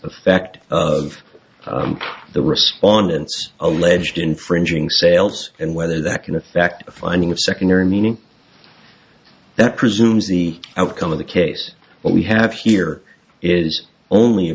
effect of the respondents alleged infringing sales and whether that can affect a finding of secondary meaning that presumes the outcome of the case but we have here is only a